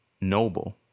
noble